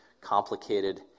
complicated